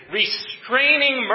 restraining